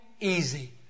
easy